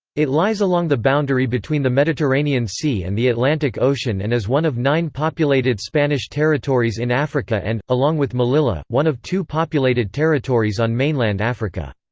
it lies along the boundary between the mediterranean sea and the atlantic ocean and is one of nine populated spanish territories in africa africa and, along with melilla, one of two populated territories on mainland africa.